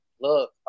Look